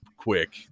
Quick